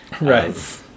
right